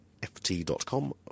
ft.com